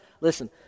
Listen